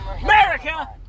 America